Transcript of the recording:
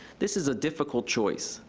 this is a difficult choice.